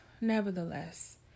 nevertheless